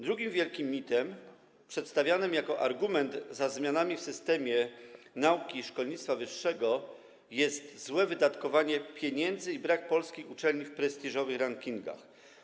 Drugim wielkim mitem przedstawianym jako argument za zamianami w systemie nauki i szkolnictwa wyższego jest złe wydatkowanie pieniędzy i brak polskich uczelni w prestiżowych rankingach.